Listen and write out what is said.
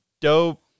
dope